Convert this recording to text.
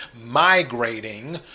migrating